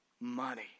money